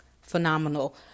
phenomenal